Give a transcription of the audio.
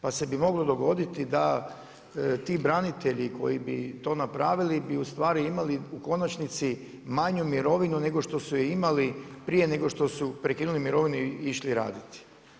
Pa bi se moglo dogoditi da ti branitelji koji bi to napravili bi imali u konačnici manju mirovinu nego što su je imali prije nego što su prekinuli mirovinu i išli raditi.